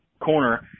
corner